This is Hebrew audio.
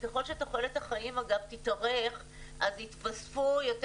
ככל שתוחלת החיים אגב תתארך אז יתווספו יותר